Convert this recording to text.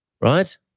right